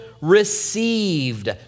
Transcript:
received